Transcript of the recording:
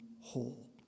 whole